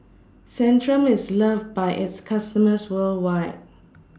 Centrum IS loved By its customers worldwide